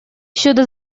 щодо